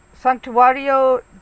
Santuario